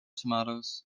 tomatoes